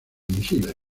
misiles